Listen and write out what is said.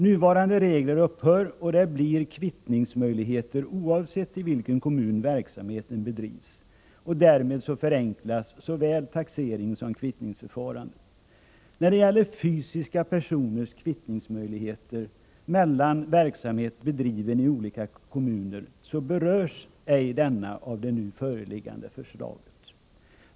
Nuvarande regler upphör, och det blir kvittningsmöjligheter oavsett i vilken kommun verksamheten bedrivs; därmed förenklas såväl taxeringssom kvittningsförfarandet. Fysiska personers kvittningsmöjlighet mellan verksamheter bedrivna i olika kommuner berörs ej av det nu föreliggande förslaget.